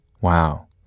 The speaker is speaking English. Wow